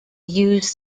use